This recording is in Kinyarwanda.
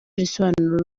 risobanura